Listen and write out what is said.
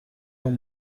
اون